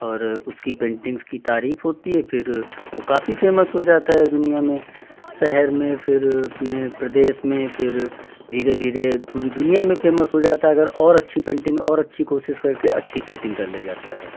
और उसकी पेन्टिंग्स की तारीफ़ होती है फिर वो काफ़ी फ़ेमस हो जाता है दुनियाँ में शहर में फिर अपने प्रदेश में फिर धीरे धीरे पूरी दुनियाँ में फ़ेसम हो जाता है अगर और अच्छी पेन्टिंग और अच्छी कोशिश करके अच्छी पेटिंग कर ले जाता है